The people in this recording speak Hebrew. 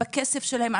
בכסף שלהם,